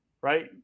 right